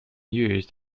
used